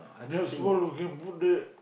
there's one you can put the